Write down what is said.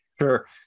Sure